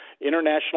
International